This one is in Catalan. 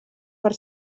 per